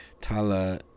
tala